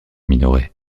minoret